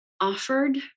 offered